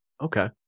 Okay